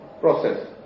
process